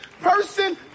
person